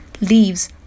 leaves